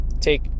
take